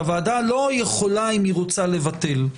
שהוועדה לא יכולה אם היא רוצה לבטל.